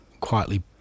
quietly